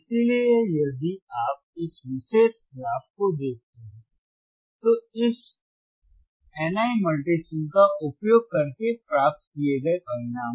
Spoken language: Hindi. इसलिए यदि आप इस विशेष ग्राफ को देखते हैं तो इस NI Multisim का उपयोग करके प्राप्त किए गए परिणाम